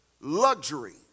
luxury